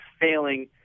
failing